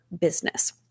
business